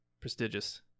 prestigious